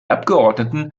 abgeordneten